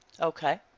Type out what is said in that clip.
Okay